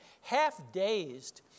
half-dazed